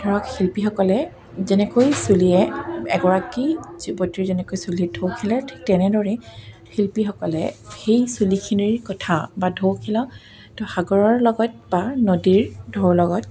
ধৰক শিল্পীসকলে যেনেকৈ চুলিয়ে এগৰাকী যুৱতীৰ যেনেকৈ চুলিত ঢৌ খেলে ঠিক তেনেদৰেই শিল্পীসকলে সেই চুলিখিনিৰ কথা বা ঢৌ খেলা সাগৰৰ লগত বা নদীৰ ঢৌৰ লগত